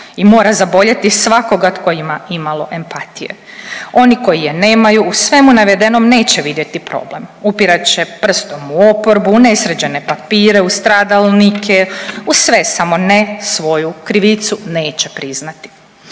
i mora zaboljeti svakoga tko ima imalo empatije. Oni koji je nemaju svemu navedenom neće vidjeti problem, upirat će prstom u oporbu, u nesređene papire, u stradalnike u sve samo ne svoju krivicu neće priznati.